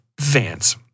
Vance